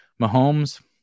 Mahomes